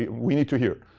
we need to hear.